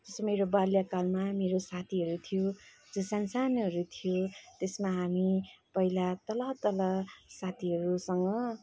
जस्तो मेरो बाल्यकालमा मेरो साथीहरू थियो जो सानसानोहरू थियो त्यसमा हामी पहिला तल तल साथीहरूसँग